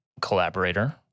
collaborator